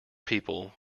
people